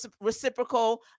reciprocal